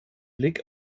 blick